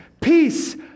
Peace